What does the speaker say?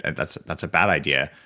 and that's that's a bad idea,